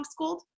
homeschooled